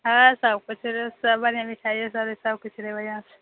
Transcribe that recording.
हँ सभ कुछ बढ़िऑं मिठाईयो सभ रहै सभ किछु रहै बढ़िऑं